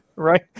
Right